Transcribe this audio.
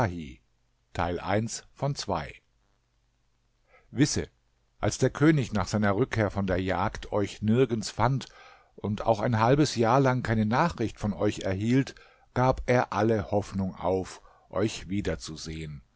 wisse als der könig nach seiner rückkehr vor der jagd euch nirgends fand und auch ein halbes jahr lang keine nachricht von euch erhielt gab er alle hoffnung auf euch wiederzusehen